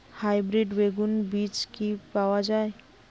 Hybrid বেগুন বীজ কি পাওয়া য়ায়?